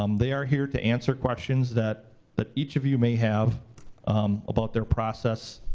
um they are here to answer questions that that each of you may have about their process,